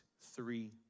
three